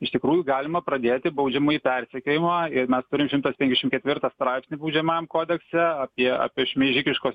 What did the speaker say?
iš tikrųjų galima pradėti baudžiamąjį persekiojimą ir mes turim šimtas penkiašim ketvirtą straipsnį baudžiamajam kodekse apie apie šmeižikiškos